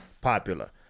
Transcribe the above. popular